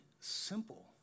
simple